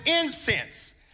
incense